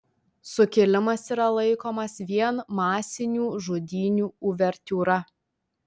sukilimas yra laikomas vien masinių žudynių uvertiūra